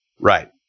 Right